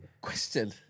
Question